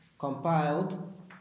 compiled